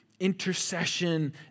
intercession